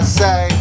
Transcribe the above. say